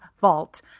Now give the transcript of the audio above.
vault